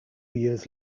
years